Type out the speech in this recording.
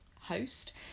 host